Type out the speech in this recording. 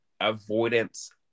avoidance